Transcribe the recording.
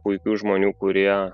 puikių žmonių kurie